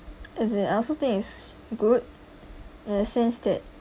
as in I also think it's good ya since that